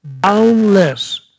boundless